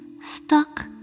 stuck